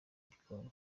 ibikombe